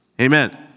Amen